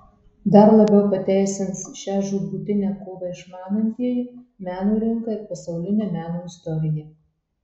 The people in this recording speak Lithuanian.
dar labiau pateisins šią žūtbūtinę kovą išmanantieji meno rinką ir pasaulinę meno istoriją